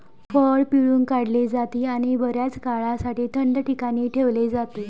फळ पिळून काढले जाते आणि बर्याच काळासाठी थंड ठिकाणी ठेवले जाते